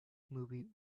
movie